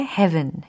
Heaven